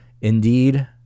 Indeed